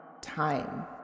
Time